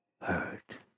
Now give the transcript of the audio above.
hurt